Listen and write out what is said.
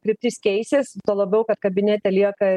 kryptis keisis tuo labiau kad kabinete lieka